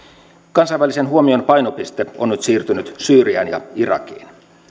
kansainvälisen huomion painopiste on nyt siirtynyt syyriaan ja irakiin